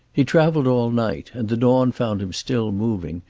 he traveled all night, and the dawn found him still moving,